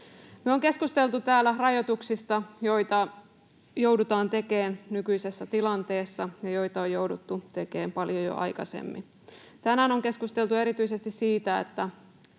Me ollaan keskusteltu täällä rajoituksista, joita joudutaan tekemään nykyisessä tilanteessa ja joita on jouduttu tekemään paljon jo aikaisemmin. Tänään on keskusteltu erityisesti siitä, että